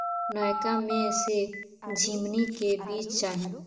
नयका में से झीमनी के बीज चाही?